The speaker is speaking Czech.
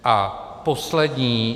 A poslední.